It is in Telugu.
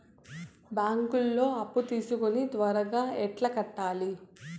బ్యాంకులో అప్పు తీసుకొని తర్వాత ఎట్లా కట్టాలి?